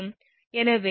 எனவே அது 𝐹𝑆𝑤𝑖×𝑝